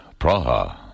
Praha